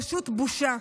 פשוט בושה.